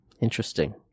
interesting